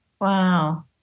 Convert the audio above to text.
Wow